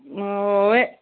অঁ